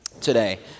today